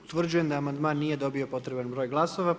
Utvrđujem da amandman nije dobio potreban broj glasova.